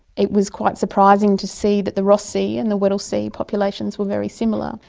it was quite surprising to see that the ross sea and the weddell sea populations were very similar.